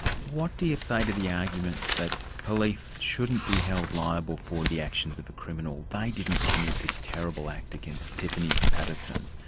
what do you say to the argument that police shouldn't be held liable for the actions of a criminal? they didn't commit this terrible act against tiffany paterson.